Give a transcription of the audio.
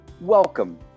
Welcome